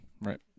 Right